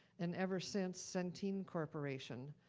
and ever since, centene corporation,